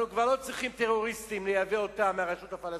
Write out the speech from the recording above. אנחנו כבר לא צריכים לייבא טרוריסטים מהרשות הפלסטינית.